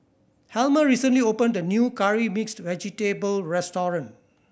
Helma recently opened a new Curry Mixed Vegetable restaurant